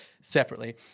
separately